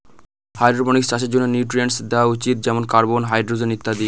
hydroponics চাষের জন্য nutrients দেওয়া উচিত যেমন কার্বন, হাইড্রজেন ইত্যাদি